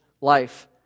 life